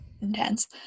intense